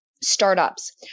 startups